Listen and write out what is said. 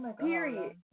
Period